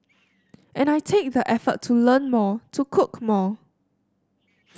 and I take the effort to learn more to cook more